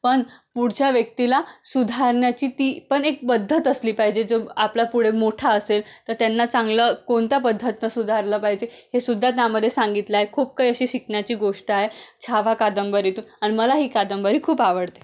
पण पुढच्या व्यक्तीला सुधारण्याची ती पण एक पद्धत असली पाहिजे जो आपला पुढे मोठा असेल तर त्यांना चांगलं कोणता पद्धतीने सुधारलं पाहिजे हे सुुद्धा त्यामध्ये सांगितलंय खूप काही अशी शिकण्याची गोष्ट आहे छावा कादंबरीतून आणि मला ही कादंबरी खूप आवडते